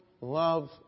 love